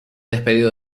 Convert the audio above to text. despedido